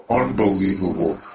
unbelievable